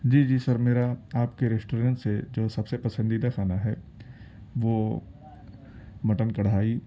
جی جی سر میرا آپ کے ریسٹورنٹ سے جو سب سے پسندیدہ کھانا ہے وہ مٹن کڑھائی